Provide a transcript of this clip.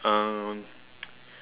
um